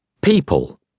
People